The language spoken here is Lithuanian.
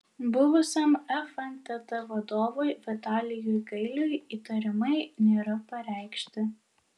buvusiam fntt vadovui vitalijui gailiui įtarimai nėra pareikšti